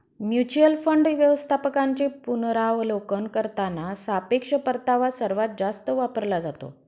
mutual fund व्यवस्थापकांचे पुनरावलोकन करताना सापेक्ष परतावा सर्वात जास्त वापरला जातो